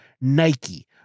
Nike